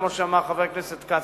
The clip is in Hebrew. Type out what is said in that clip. כמו שאמר חבר הכנסת כץ,